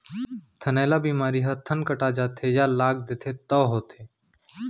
थनैला बेमारी ह थन कटा जाथे या लाग देथे तौ होथे